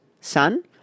Son